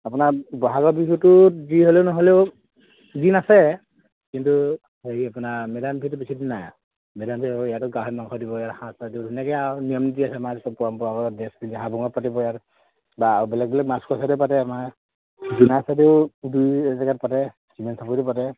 আপোনাৰ ব'হাগৰ বিহুটোত যি হ'লেও নহ'লেও দিন আছে কিন্তু হেৰি আপোনাৰ মেদামমেফিটো বেছিদিন নাই মেদামমেফি ইয়াতো গাহৰি মাংস দিব আমাৰব পৰম্পৰাগত ড্ৰেছ পাতি হাঁবুঙত পাতিব ইয়াত বা আৰু বেলেগ বেলেগ